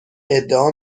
ادعا